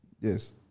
Yes